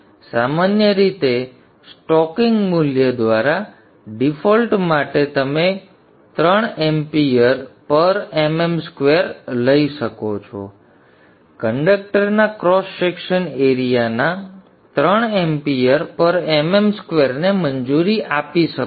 તેથી સામાન્ય રીતે સ્ટોકિંગ મૂલ્ય દ્વારા ડિફોલ્ટ માટે તમે 3 Amm2 લઇ શકો છો તમે કંડક્ટરના ક્રોસ સેક્શન એરિયાના 3 Amm2 ને મંજૂરી આપી શકો છો